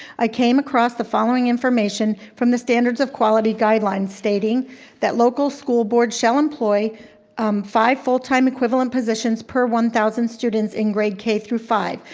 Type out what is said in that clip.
i came across the following information from the standards of quality guidelines stating that local school boards shall employ five full time equivalent positions per one thousand students in grade k through five,